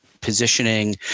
positioning